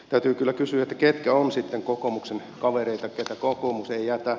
täytyy kyllä kysyä ketkä ovat sitten kokoomuksen kavereita keitä kokoomus ei jätä